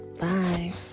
Bye